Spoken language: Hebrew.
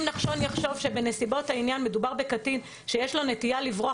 אם נחשון יחשוב שבנסיבות העניין מדובר בקטין שיש לו נטייה לברוח